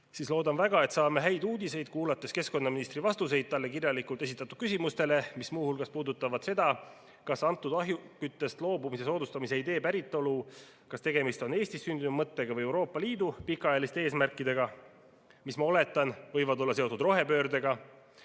loodan väga, et saame häid uudiseid, kuulates keskkonnaministri vastuseid talle kirjalikult esitatud küsimustele. Muu hulgas puudutavad need seda, kust ahjuküttest loobumise soodustamise idee pärit on. Kas tegemist on Eestis sündinud mõttega või Euroopa Liidu pikaajaliste eesmärkidega, mis, ma oletan, võivad olla seotud rohepöördega?